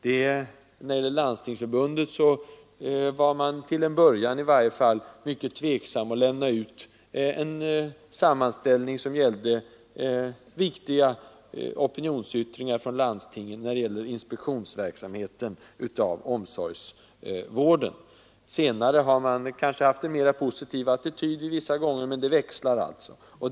När det gäller Landstingsförbundet var man, i varje fall till en början, mycket tveksam att lämna ut en sammanställning som gällde viktiga opinionsyttringar från landstingen beträffande inspektionsverksamheten inom omsorgsvården. Senare har man kanske haft en mera positiv attityd, vissa gånger, men det växlar alltså.